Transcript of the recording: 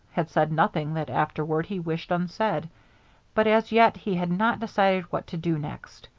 had said nothing that afterward he wished unsaid but as yet he had not decided what to do next.